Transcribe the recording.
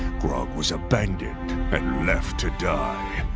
grog was abandoned and left to die,